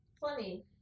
funny